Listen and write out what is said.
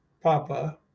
Papa